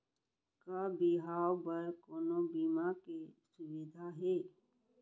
का बिहाव बर कोनो बीमा के सुविधा हे?